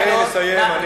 תנו לו לסיים.